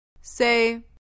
Say